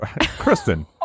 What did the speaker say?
Kristen